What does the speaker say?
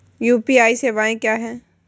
UPI सवायें क्या हैं?